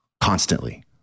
Constantly